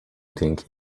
think